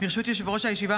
יושב-ראש הישיבה,